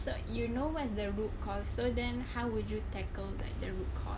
so you know where's the root cause so then how would you tackle that the root cause